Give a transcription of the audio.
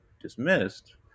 dismissed